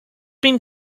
been